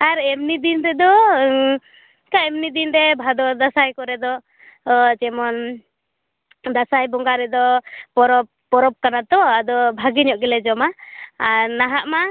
ᱟᱨ ᱮᱢᱱᱤ ᱫᱤᱱ ᱨᱮᱫᱚ ᱮᱢᱱᱤ ᱫᱤᱱᱨᱮ ᱵᱷᱟᱫᱚᱨ ᱫᱟᱸᱥᱟᱭ ᱠᱚᱨᱮ ᱫᱚ ᱡᱮᱢᱚᱱ ᱫᱟᱸᱥᱟᱭ ᱵᱚᱸᱜᱟ ᱨᱮᱫᱚ ᱯᱚᱨᱚᱵᱽ ᱯᱚᱨᱚᱵᱽ ᱠᱟᱱᱟ ᱛᱚ ᱟᱫᱚ ᱵᱷᱟᱜᱮᱧᱚᱜ ᱜᱮ ᱡᱚᱢᱟ ᱟᱨ ᱱᱟᱦᱟᱜ ᱢᱟ